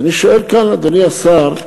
אני שואל כאן, אדוני השר,